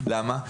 למה?